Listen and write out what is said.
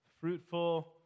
fruitful